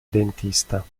dentista